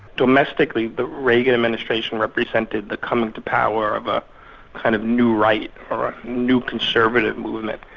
domestically, the reagan administration represented the coming to power of a kind of new right, or new conservative movement.